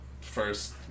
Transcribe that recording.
first